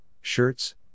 shirts